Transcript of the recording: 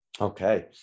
Okay